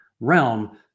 realm